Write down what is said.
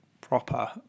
proper